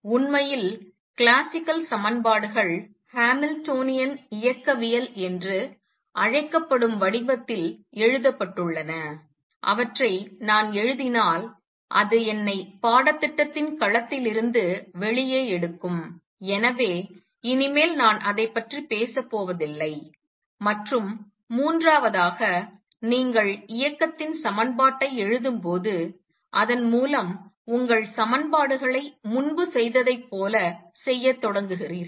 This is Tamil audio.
உண்மையில் கிளாசிக்கல் சமன்பாடுகள் ஹாமில்டோனியன் இயக்கவியல் என்று அழைக்கப்படும் வடிவத்தில் எழுதப்பட்டுள்ளன அவற்றை நான் எழுதினால் அது என்னை பாடத்திட்டத்தின் களத்திலிருந்து வெளியே எடுக்கும் எனவே இனிமேல் நான் அதைப் பற்றி பேசப்போவதில்லை மற்றும் மூன்றாவதாக நீங்கள் இயக்கத்தின் சமன்பாட்டை எழுதும்போது அதன் மூலம் உங்கள் சமன்பாடுகளை முன்பு செய்ததைப் போல செய்யத் தொடங்குகிறீர்கள்